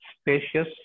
spacious